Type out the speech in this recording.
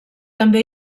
també